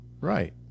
Right